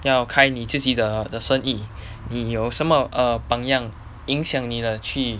要开你自己的生意你有什么 err 榜样影响你的去